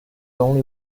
only